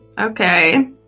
Okay